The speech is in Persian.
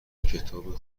کتاب